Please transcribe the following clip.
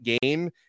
game